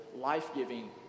life-giving